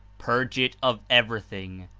purge it of everything,